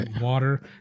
water